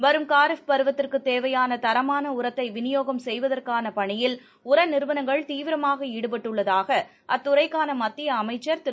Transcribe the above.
வரும் காரிஃப் பருவத்திற்கு தேவையான தரமான உரத்தை விநியோகம் செய்வதற்காள பணியில் உர நிறுவனங்கள் தீவிரமாக ஈடுபட்டுள்ளதாக அத்துறைக்கான மத்திய அமைச்சர் திரு